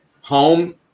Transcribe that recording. Home